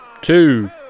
two